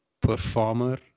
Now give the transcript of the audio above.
performer